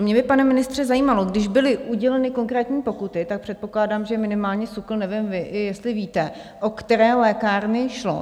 Mě by, pane ministře, zajímalo, když byly uděleny konkrétní pokuty, tak předpokládám, že minimálně SÚKL, nevím, jestli vy víte, o které lékárny šlo.